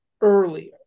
earlier